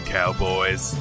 Cowboys